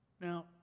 Now